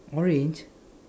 orange